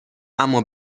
اما